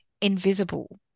invisible